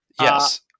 yes